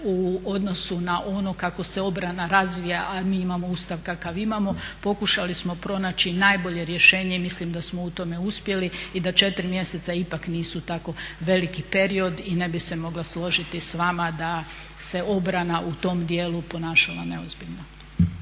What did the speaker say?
u odnosu na ono kako se obrana razvija, a mi imamo Ustav kakav imamo, pokušali smo pronaći najbolje rješenje i mislim da smo u tome uspjeli i da 4 mjeseca ipak nisu tako veliki period. Ne bih se mogla složiti s vama da se obrana u tom dijelu ponašala neozbiljno.